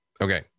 Okay